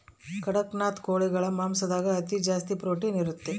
ಕಡಖ್ನಾಥ್ ಕೋಳಿಗಳ ಮಾಂಸದಾಗ ಅತಿ ಜಾಸ್ತಿ ಪ್ರೊಟೀನ್ ಇರುತ್ತೆ